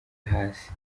hasi